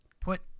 put